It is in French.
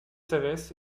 savès